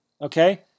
okay